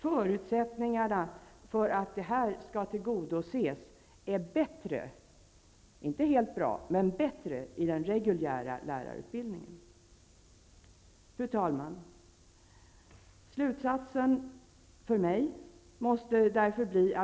Förutsättningarna för att dessa krav skall tillgodoses är bättre -- inte helt bra, men bättre -- i den reguljära lärarutbildningen. Fru talman!